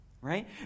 right